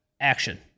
action